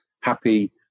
happy